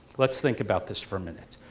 let's think about this for a minute.